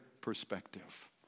perspective